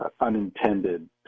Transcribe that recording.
unintended